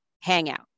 hangout